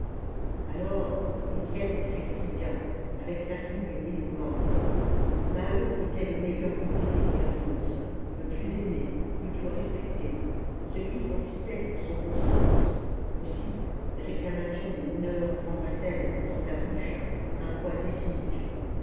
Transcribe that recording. alors étienne s'expliqua avec sa fougue éloquente maheu était le meilleur ouvrier de la fosse le plus aimé le plus respecté celui qu'on citait pour son bon sens aussi les réclamations des mineurs prendraient elles dans sa bouche un poids décisif